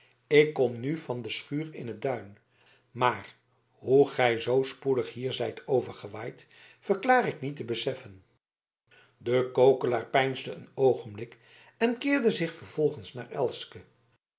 ik kom nu van de schuur in t duin maar hoe gij zoo spoedig hier zijt overgewaaid verklaar ik niet te beseffen de kokeler peinsde een oogenblik en keerde zich vervolgens naar elske